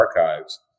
archives